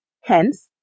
Hence